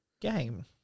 game